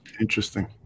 Interesting